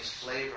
flavor